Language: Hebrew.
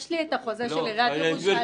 יש לי את החוזה של עיריית ירושלים.